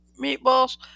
Meatballs